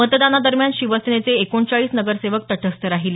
मतदाना दरम्यान शिवसेनेचे एकोणचाळीस नगरसेवक तटस्थ राहिले